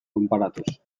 konparatuz